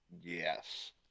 Yes